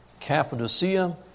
Cappadocia